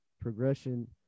progression